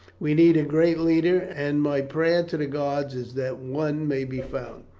we need a great leader, and my prayer to the gods is that one may be found.